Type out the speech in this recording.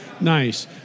Nice